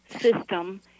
system